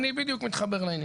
אני בדיוק מתחבר לעניין.